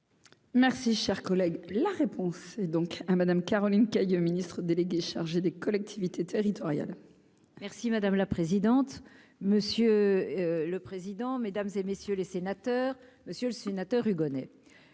Merci, cher collègue, la réponse est donc à Madame Caroline Cayeux Ministre délégué chargé des collectivités territoriales. Merci madame la présidente, monsieur le président, Mesdames et messieurs les sénateurs, Monsieur le Sénateur, Hugonnet